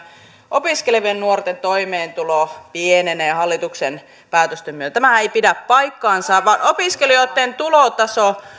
opiskelevien nuorten toimeentulo pienenee hallituksen päätösten myötä tämä ei pidä paikkaansa vaan opiskelijoitten tulotaso